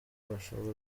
bashobora